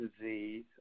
disease